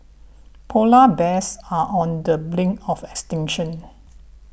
Polar Bears are on the brink of extinction